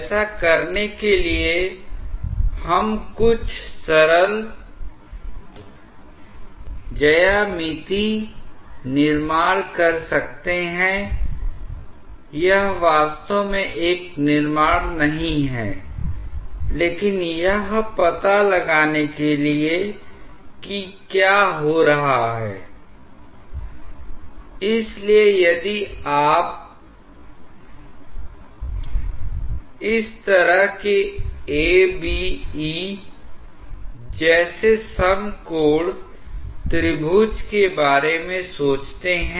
ऐसा करने के लिए हम कुछ सरल ज्यामितीय निर्माण कर सकते हैं यह वास्तव में एक निर्माण नहीं है लेकिन यह पता लगाने के लिए कि क्या हो रहा है इसलिए यदि आप इस तरह के A' B' E' जैसे समकोण त्रिभुज के बारे में सोचते हैं